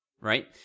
Right